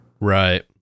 Right